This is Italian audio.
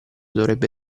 dovrebbe